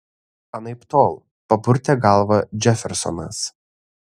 anaiptol papurtė galvą džefersonas